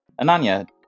Ananya